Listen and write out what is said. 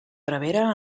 prevere